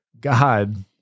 God